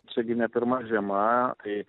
čia gi ne pirma žiema tai